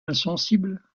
insensible